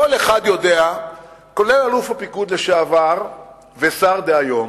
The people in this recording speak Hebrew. כל אחד יודע, כולל אלוף הפיקוד לשעבר והשר דהיום,